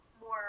more